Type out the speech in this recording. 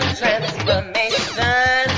transformation